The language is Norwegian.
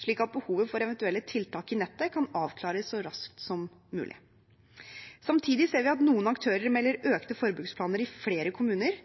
slik at behovet for eventuelle tiltak i nettet kan avklares så raskt som mulig. Samtidig ser vi at noen aktører melder økte forbruksplaner i flere kommuner